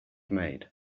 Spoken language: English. made